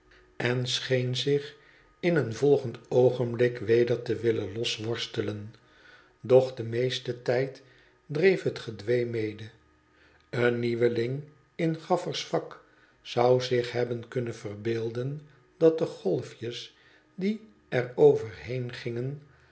en scheen zich in een volgend oogenblik weder te willen losworstelen doch den meesten tijd dreef het gedwee mede een nieuweling in gaffer's vak zou zich hebben kunnen verbeelden dat de golfjes die er overheen gingen